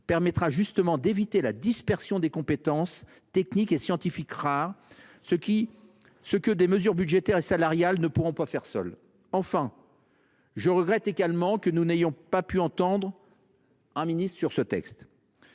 permettra justement d’éviter la dispersion des compétences techniques et scientifiques rares, ce que des mesures budgétaires et salariales ne pourront pas faire seules. Je regrette également que nous n’ayons pu entendre un ministre sur ce texte.